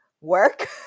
work